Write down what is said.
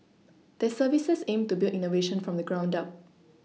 their services aim to build innovation from the ground up